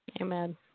amen